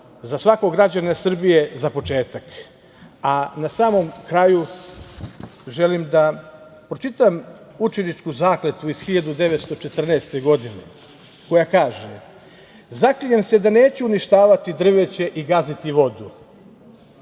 za svakog građanina Srbije za početak. Na samom kraju, želim da pročitam učeničku zakletvu iz 1914. godine koja kaže: „Zaklinjem se da neću uništavati drveće i gaziti vodu